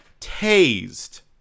tased